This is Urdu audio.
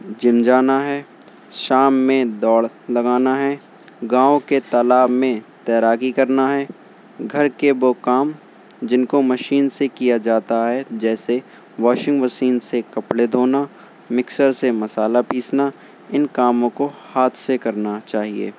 جیم جانا ہے شام میں دوڑ لگانا ہے گاؤں کے تالاب میں تیراکی کرنا ہے گھر کے وہ کام جن کو مشین سے کیا جاتا ہے جیسے واشنگ مسین سے کپڑے دھونا مکسر سے مسالہ پیسنا ان کاموں کو ہاتھ سے کرنا چاہیے